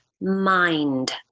mind